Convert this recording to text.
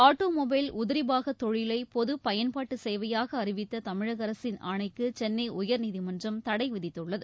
automobile உதிரி பாகத் தொழிலை பொதுப் பயன்பாட்டு சேவையாக அறிவித்த தமிழக அரசின் உயர்நீதிமன்றம் தடை விதித்துள்ளது